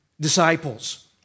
disciples